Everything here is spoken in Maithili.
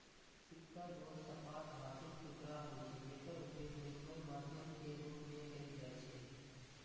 सिक्का गोल, सपाट धातुक टुकड़ा होइ छै, जेकर उपयोग विनिमय माध्यम के रूप मे कैल जाइ छै